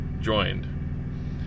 joined